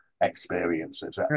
experiences